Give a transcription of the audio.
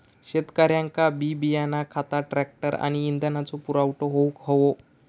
शेतकऱ्यांका बी बियाणा खता ट्रॅक्टर आणि इंधनाचो पुरवठा होऊक हवो